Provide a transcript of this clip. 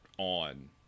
on